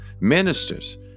ministers